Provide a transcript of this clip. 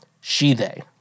she-they